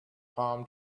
palm